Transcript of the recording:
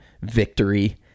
victory